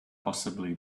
possibly